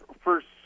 first